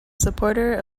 supporter